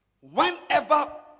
Whenever